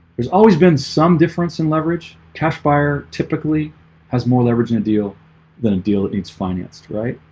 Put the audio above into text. there's always been some difference in leveraged cash buyer typically has more leverage in a deal than a deal eet's financed right.